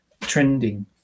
trending